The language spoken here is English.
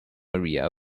maria